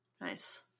Nice